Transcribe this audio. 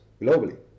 globally